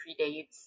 predates